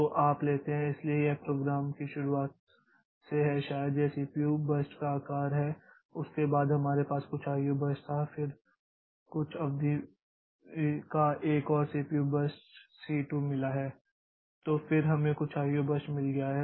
तो आप लेते हैं इसलिए यह प्रोग्राम की शुरुआत से है शायद यह सीपीयू बर्स्ट का आकार है उसके बाद हमारे पास कुछ आईओ बर्स्ट था फिर हमें कुछ अवधि का एक और सीपीयू बर्स्ट सी2 मिला है तो फिर हमें कुछ आईओ बर्स्ट मिल गया है